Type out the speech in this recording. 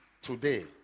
Today